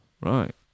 Right